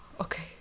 Okay